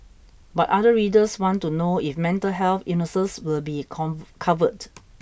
but other readers want to know if mental health illnesses will be come covered